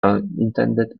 unintended